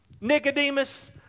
Nicodemus